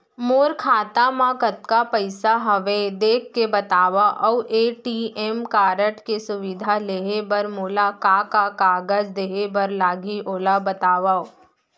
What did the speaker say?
मोर खाता मा कतका पइसा हवये देख के बतावव अऊ ए.टी.एम कारड के सुविधा लेहे बर मोला का का कागज देहे बर लागही ओला बतावव?